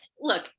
look